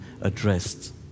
addressed